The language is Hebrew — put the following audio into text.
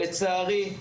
לצערי,